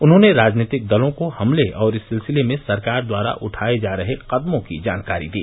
उन्होंने राजनीतिक दलों को हमले और इस सिलसिले में सरकार द्वारा उठाये जा रहे कदमों की जानकारी दी